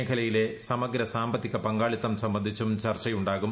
മേഖലയിലെ സമഗ്ര സാമ്പത്തിക പങ്കാളിത്തം സംബന്ധിച്ചും ചർച്ചയുണ്ടാകും